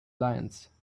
lions